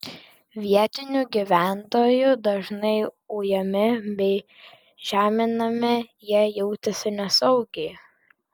vietinių gyventojų dažnai ujami bei žeminami jie jautėsi nesaugiai